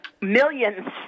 millions